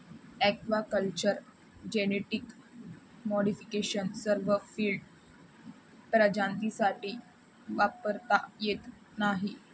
aquaculture genetic modification सर्व field प्रजातींसाठी वापरता येत नाही